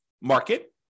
market